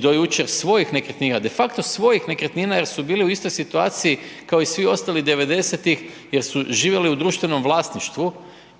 do jučer svojih nekretnina, defakto svojih nekretnina jer su bili u istoj situaciji kao i svi ostali 90-tih jer su živjeli u društvenom vlasništvu